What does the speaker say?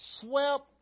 Swept